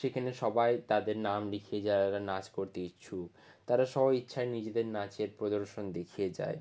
সেখানে সবাই তাদের নাম লেখে যারা যারা নাচ করতে ইচ্ছুক তারা স্ব ইচ্ছায় নিজেদের নাচের প্রদর্শন দেখিয়ে যায়